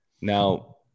Now